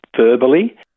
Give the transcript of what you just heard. verbally